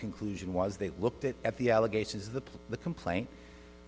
conclusion was they looked at at the allegations the put the complaint